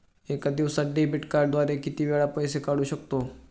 एका दिवसांत डेबिट कार्डद्वारे किती वेळा पैसे काढू शकतो?